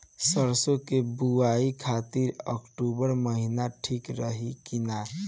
सरसों की बुवाई खाती अक्टूबर महीना ठीक रही की ना?